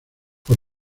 por